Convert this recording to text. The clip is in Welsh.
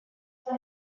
bydd